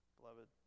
Beloved